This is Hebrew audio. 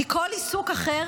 כי כל עיסוק אחר